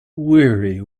weary